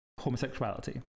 homosexuality